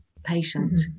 patient